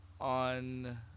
on